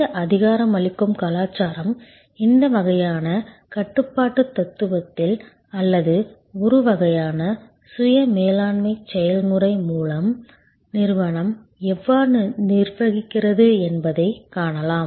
இந்த அதிகாரமளிக்கும் கலாச்சாரம் இந்த வகையான கட்டுப்பாட்டுத் தத்துவத்தில் அல்லது ஒரு வகையான சுய மேலாண்மை செயல்முறை மூலம் நிறுவனம் எவ்வாறு நிர்வகிக்கிறது என்பதைக் காணலாம்